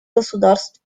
государств